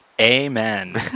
Amen